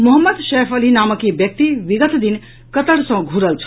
मोहम्मद सैफ अली नामक ई व्यक्ति विगत दिन कतर सँ घुरल छल